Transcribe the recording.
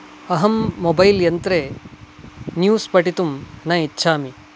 अहं मोबैल् यन्त्रे न्यूस् पठितुम् न इच्छामि